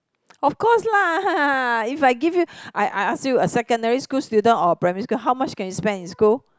of course lah if I give you I I I ask you a secondary school student or primary school how much can you spend in school